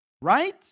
right